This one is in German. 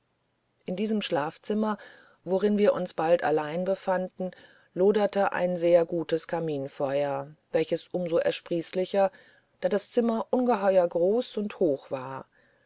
in diesem schlafzimmer worin wir uns bald allein befanden loderte ein sehr gutes kaminfeuer welches um so ersprießlicher da das zimmer ungeheu'r groß und hoch war